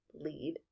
lead